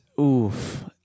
oof